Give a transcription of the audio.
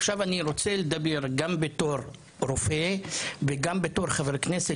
עכשיו אני רוצה לדבר גם בתור רופא וגם בתור חבר כנסת